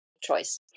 choice